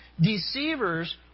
deceivers